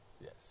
Yes